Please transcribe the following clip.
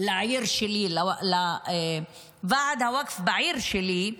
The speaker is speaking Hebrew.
לעיר שלי, לוועד הווקף בעיר שלי,